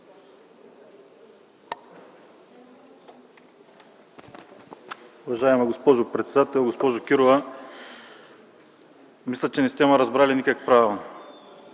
Уважаема госпожо председател! Госпожо Кирова, мисля, че не сте ме разбрали никак правилно.